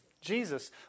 Jesus